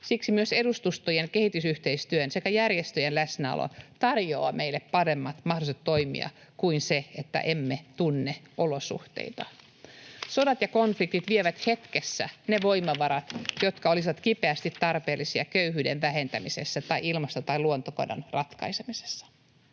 Siksi myös edustustojen, kehitysyhteistyön sekä järjestöjen läsnäolo tarjoaa meille paremmat mahdollisuudet toimia kuin se, että emme tunne olosuhteita. Sodat ja konfliktit vievät hetkessä ne voimavarat, jotka olisivat kipeästi tarpeellisia köyhyyden vähentämisessä tai ilmasto- tai luontokadon ratkaisemisessa.